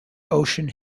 ocean